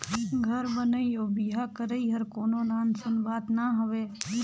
घर बनई अउ बिहा करई हर कोनो नान सून बात ना हवे